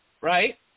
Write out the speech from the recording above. right